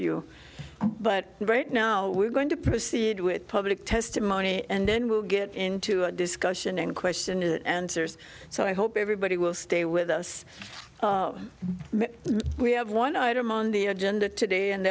you but right now we're going to proceed with public testimony and then we'll get into a discussion and question it answers so i hope everybody will stay with us that we have one item on the agenda today and